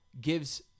gives